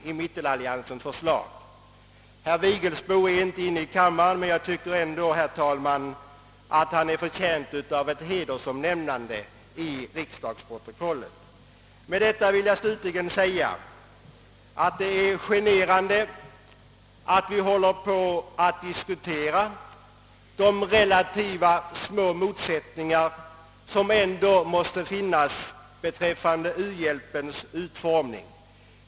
Herr Vigelsbo är inte i kammaren, men jag vill ändå säga att jag tycker han är förtjänt av ett hedersomnämnande i protokollet. Att vi håller på och diskuterar de relativt små motsättningar, som måste finnas i fråga om u-hjälpens utformning, anser jag vara generande.